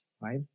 right